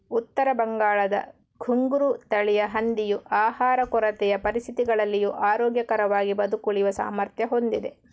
ಉತ್ತರ ಬಂಗಾಳದ ಘುಂಗ್ರು ತಳಿಯ ಹಂದಿಯು ಆಹಾರ ಕೊರತೆಯ ಪರಿಸ್ಥಿತಿಗಳಲ್ಲಿಯೂ ಆರೋಗ್ಯಕರವಾಗಿ ಬದುಕುಳಿಯುವ ಸಾಮರ್ಥ್ಯ ಹೊಂದಿದೆ